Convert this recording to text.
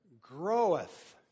groweth